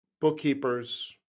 bookkeepers